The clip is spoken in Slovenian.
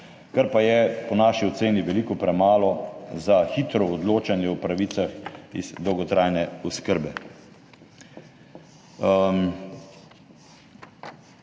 kar pa je po naši oceni veliko premalo za hitro odločanje o pravicah iz dolgotrajne oskrbe.